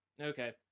Okay